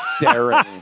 staring